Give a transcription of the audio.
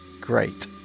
great